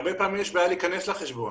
הרבה פעמים יש בעיה להיכנס לחשבון.